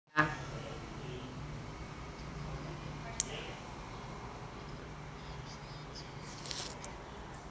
ah